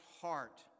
heart